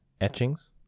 etchings